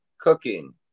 cooking